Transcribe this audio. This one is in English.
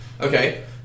Okay